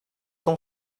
t’en